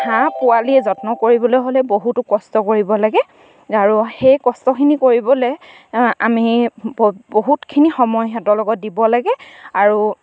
হাঁহ পোৱালিৰ যত্ন কৰিবলৈ হ'লে বহুতো কষ্ট কৰিব লাগে আৰু সেই কষ্টখিনি কৰিবলে আমি বহুতখিনি সময় ইহঁতৰ লগত দিব লাগে আৰু